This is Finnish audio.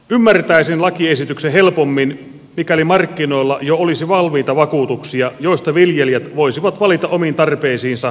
ymmärtäisin lakiesityksen helpommin mikäli markkinoilla jo olisi valmiita vakuutuksia joista viljelijät voisivat valita omiin tarpeisiinsa sopivimmat